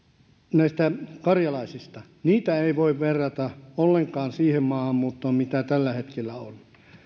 näistä karjalaisista niitä ei voi verrata ollenkaan siihen maahanmuuttoon mitä tällä hetkellä on